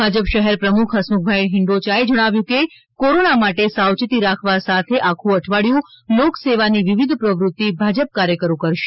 ભાજપ શહેર પ્રમુખ હસમુખભાઇ હિંડોયા એ જણાવ્યુ હતું કે કોરોના માટે સાવચેતી રાખવા સાથે આખું અઠવાડિયું લોક સેવા ની વિવિધ પ્રવૃતિ ભાજપ કાર્યકરો કરશે